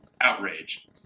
Outrage